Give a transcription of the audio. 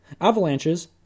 Avalanches